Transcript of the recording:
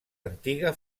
antiga